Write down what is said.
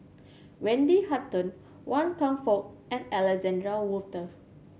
Wendy Hutton Wan Kam Fook and Alexander Wolters